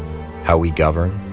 how we govern?